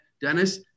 Dennis